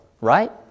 right